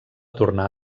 tornar